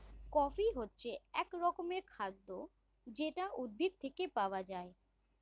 coffee হচ্ছে এক রকমের খাদ্য যেটা উদ্ভিদ থেকে পাওয়া যায়